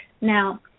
Now